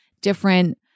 different